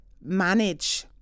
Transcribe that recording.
manage